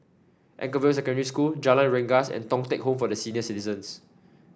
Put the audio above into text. Anchorvale Secondary School Jalan Rengas and Thong Teck Home for Senior Citizens